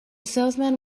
salesman